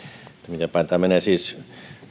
miten päin tämä menee